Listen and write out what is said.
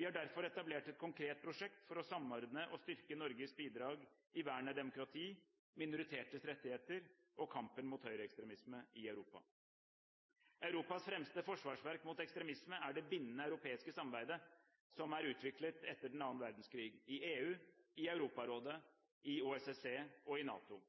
Vi har derfor etablert et konkret prosjekt for å samordne og styrke Norges bidrag i vernet av demokrati, minoriteters rettigheter og kampen mot høyreekstremisme i Europa. Europas fremste forsvarsverk mot ekstremisme er det bindende europeiske samarbeidet som er utviklet etter den annen verdenskrig – i EU, i Europarådet, i OSSE og i NATO.